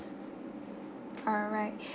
alright